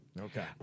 Okay